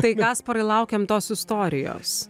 tai kasparai laukiam tos istorijos